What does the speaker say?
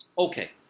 Okay